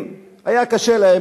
מה היה קורה,